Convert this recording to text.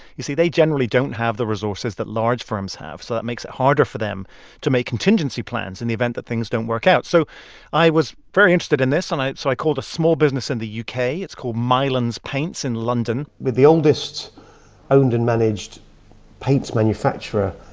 you see, they generally don't have the resources that large firms have. so that makes it harder for them to make contingency plans in the event that things don't work out. so i was very interested in this. and i so i called a small business in the u k. it's called mylands paints in london we're the oldest owned and managed paints manufacturer